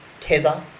tether